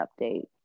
update